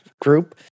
group